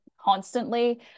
constantly